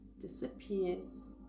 disappears